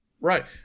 Right